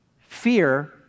Fear